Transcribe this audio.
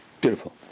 Beautiful